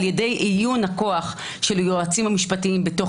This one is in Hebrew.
ידי איון הכוח של היועצים המשפטיים בתוך